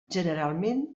generalment